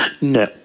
No